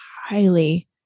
highly